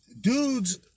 dudes